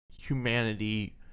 humanity